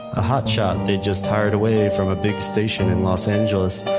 a hotshot they just hired away from a big station in los angeles,